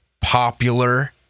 popular